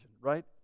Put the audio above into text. right